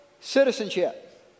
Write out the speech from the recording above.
citizenship